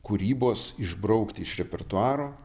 kūrybos išbraukti iš repertuaro